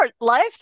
life